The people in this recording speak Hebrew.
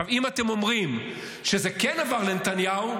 ואם אתם אומרים שזה כן עבר לנתניהו,